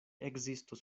ekzistos